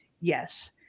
yes